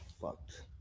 fucked